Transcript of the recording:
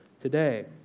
today